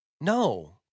No